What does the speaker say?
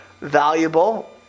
valuable